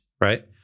right